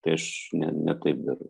tai aš ne ne taip darau